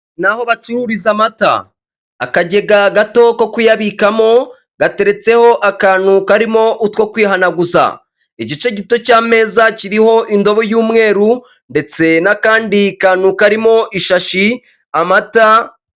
Naho bacubise amata akagega gato ko kuyabikamo gateretseho akantu karimo utwo kwihana igice gito cy'ameza kiriho indobo y'umweru ndetse n'akandi kantu karimo ishashi amata.